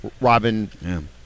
Robin